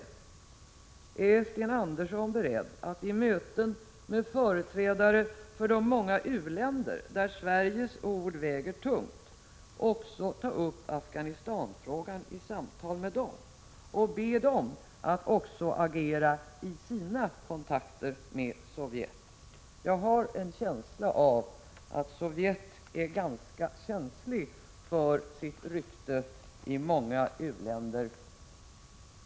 Är Sten Andersson beredd att i möten med företrädare för de många u-länder där Sveriges ord väger tungt ta upp Afghanistanfrågan och be dem att agera i sina kontakter med Sovjet? Jag har en känsla av att Sovjet är ganska känsligt för sitt rykte i många u-länder.